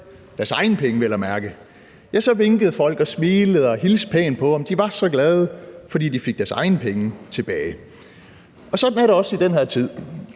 deres egne penge vel at mærke – for så vinkede folk og smilede og hilste pænt på ham, for de var så glade, fordi de fik deres egne penge tilbage. Sådan er det også i den her tid.